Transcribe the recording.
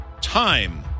time